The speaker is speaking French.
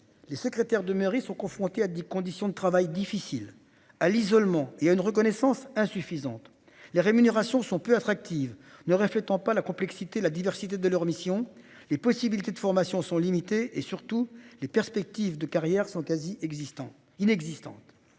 Les secrétaires de mairie sont confrontés à des conditions de travail difficiles à l'isolement et une reconnaissance insuffisante les rémunérations sont plus attractive ne reflétant pas la complexité et la diversité de leurs missions. Les possibilités de formation sont limités et surtout les perspectives de carrière sont quasi existant